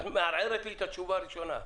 את מערערת לי את התשובה הראשונה.